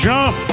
Jump